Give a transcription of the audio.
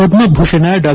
ಪದ್ಮಭೂಷಣ ಡಾ